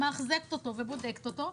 עושה לו אחזקה ובודקת אותו,